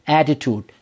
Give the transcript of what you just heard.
attitude